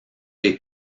des